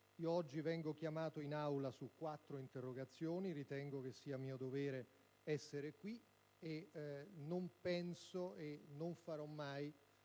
Oggi vengo chiamato in Aula su quattro interrogazioni e ritengo che sia mio dovere essere qui. Non assumerò mai